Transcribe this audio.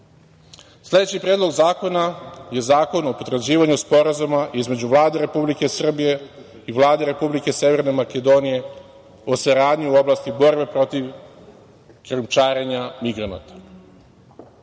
jezik. Sledeći Predlog zakona je zakon o potvrđivanju Sporazuma između Vlade Republike Srbije i Vlade Republike Severne Makedonije o saradnji u oblasti borbe protiv krijumčarenja migranata. Pojedina